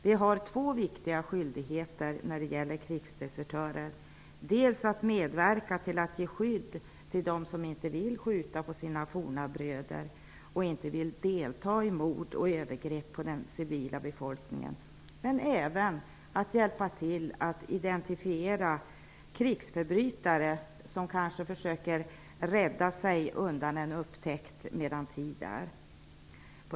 Vi har två viktiga skyldigheter i fråga om krigsdesertörer. Det är dels att medverka till att ge skydd för dem som inte vill skjuta på sina forna bröder och inte vill delta i mord och övergrepp på den civila befolkningen, dels att även hjälpa till att identifiera krigsförbrytare som försöker rädda sig undan en upptäckt medan tid är.